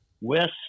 west